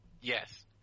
Yes